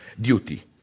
duty